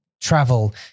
Travel